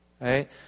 right